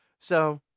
so,